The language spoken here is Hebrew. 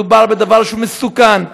מדובר בדבר שהוא מסוכן.